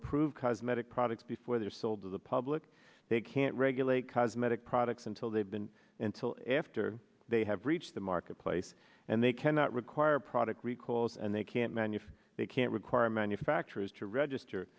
approve cosmetic products before they're sold to the public they can't regulate cosmetic products until they've been until after they have reached the marketplace and they cannot require product recalls and they can't manuf they can't require manufacturers to register